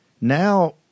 now